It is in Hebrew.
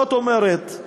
זאת אומרת,